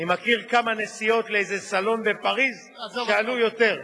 אני מכיר כמה נסיעות לאיזה סלון בפריס שעלו יותר.